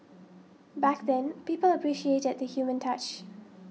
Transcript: back then people appreciated the human touch